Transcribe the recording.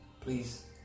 please